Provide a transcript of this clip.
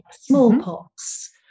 smallpox